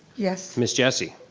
yes. miss jessie?